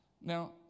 Now